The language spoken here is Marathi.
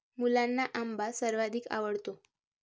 मुलांना आंबा सर्वाधिक आवडतो